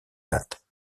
date